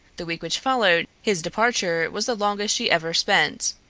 the week which followed his departure was the longest she ever spent.